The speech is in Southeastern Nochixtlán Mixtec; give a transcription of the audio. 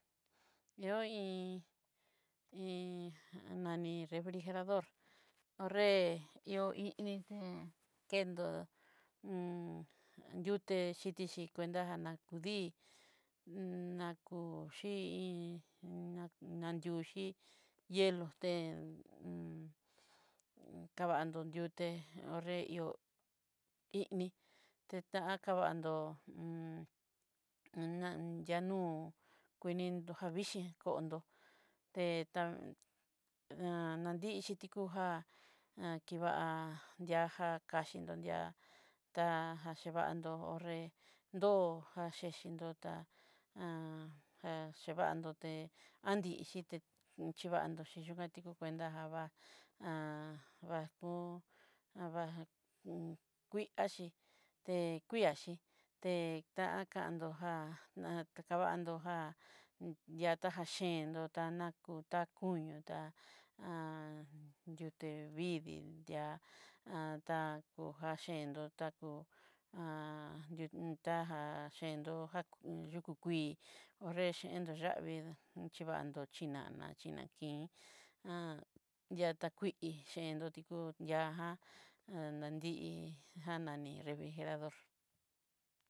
Yo'o iin iin nani refrijerador ho'nre ihó iin itén kendó yuté xhiti xhi cuenta, ñá nakudíi, nakó xhíi iin na nadioxí hielo tén kavandó yiuté ho'nré ihó, ini titakavandó hu u un nanyanú kuinó yanú kuenen'nró ñavixhii kon'ndró nanixhi ti kuja ja kivá diaja kaxhinró di'a tá jaxhivandó ho'nré dó axhechinró tá, á jan xhivandoté adin xhité xhivandóchi cuenta javá vakú abakuii axhíi, té kui axhe te ta kandó já na kavandojá yakatachendó tanako takuñó ta yuté vidii di'a tá kukanyendó takú tajá yendó já yukú kuii, ho'nré chendo yavii xhivando xhinana, xhinanki, tá kuii, yendó to ya'á ja adan díi ja nani refrijeradon.